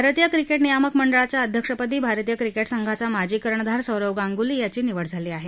भारतीय क्रिकेट नियामक मंडळाच्या अध्यक्षपदी भारतीय क्रिकेट संघाचा माजी कर्णधार सौरव गांगुली यांची निवड झाली आहे